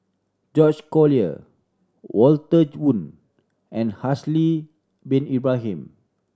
George Collyer Walter Woon and Haslir Bin Ibrahim